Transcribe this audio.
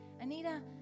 Anita